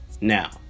Now